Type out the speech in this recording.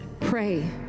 pray